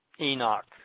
Enoch